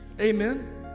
amen